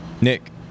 Nick